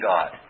God